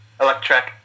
electric